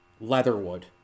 Leatherwood